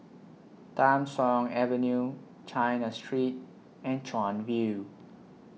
Tham Soong Avenue China Street and Chuan View